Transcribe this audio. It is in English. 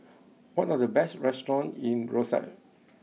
what are the best restaurants in Roseau